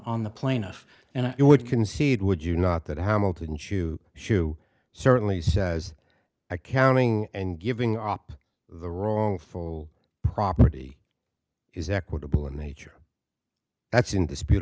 on the plaintiff and you would concede would you not that hamilton shoo shoo certainly says i counting and giving up the wrongful property is equitable in nature that's indisput